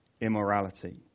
immorality